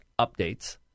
updates